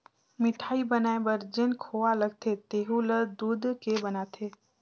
मिठाई बनाये बर जेन खोवा लगथे तेहु ल दूद के बनाथे